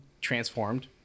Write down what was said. transformed